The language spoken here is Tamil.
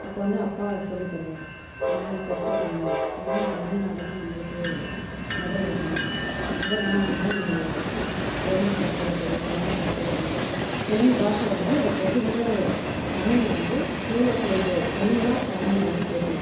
அப்போ வந்து அப்பா சொல்லித்தருவார் தமிழ் கற்றுக்கணும் ஏன்னால் தமிழ்நாடு தான் நம்மளுக்கு முதல் இடம் அங்கே இருந்து தான் நம்ம இந்த தெலுங்கு கற்றுக்கறதோ கன்னடம் கற்றுக்கறதோ தெலுங்கு பாஷை வந்து அது கொச்ச கொச்சையா வரும் தமிழ் வந்து தூய தெளிவு தெளிவாக தமிழ் வந்து தெரியும்